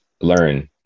learn